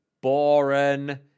Boring